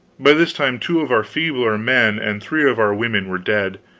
by this time two of our feebler men and three of our women were dead,